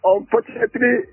Unfortunately